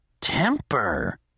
temper